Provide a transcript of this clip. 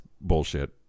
bullshit